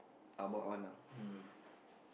about one lah